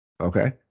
Okay